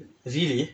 really